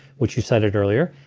which you cited earlier.